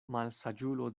malsaĝulo